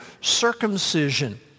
circumcision